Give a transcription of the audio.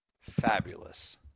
fabulous